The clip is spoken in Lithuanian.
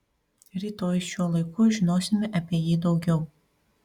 rytoj šiuo laiku žinosime apie jį daugiau